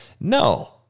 No